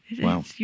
Wow